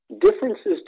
Differences